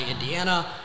Indiana